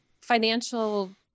financial